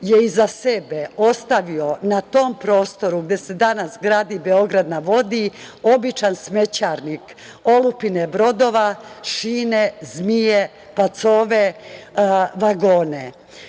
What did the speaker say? je iza sebe ostavio na tom prostoru gde se danas gradi „Beograd na vodi“ običan smećarnik, olupine brodova, šine, zmije, pacove, vagone.